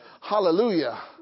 Hallelujah